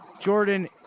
Jordan